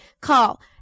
Call